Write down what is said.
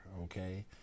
okay